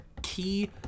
Key